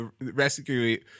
rescue